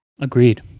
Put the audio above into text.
Agreed